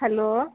hello